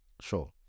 sure